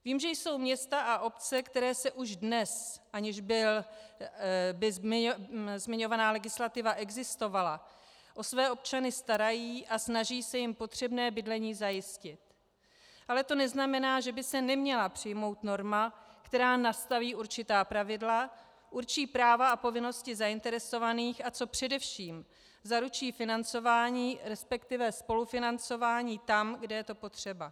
Vím, že jsou města a obce, které se už dnes, aniž by zmiňovaná legislativa existovala, o své občany starají a snaží se jim potřebné bydlení zajistit, ale to neznamená, že by se neměla přijmout norma, která nastaví určitá pravidla, určí práva a povinnosti zainteresovaných, a co především zaručí financování, resp. spolufinancování tam, kde je to potřeba.